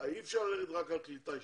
אי אפשר ללכת רק על קליטה ישירה.